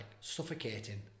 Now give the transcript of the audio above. suffocating